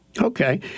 Okay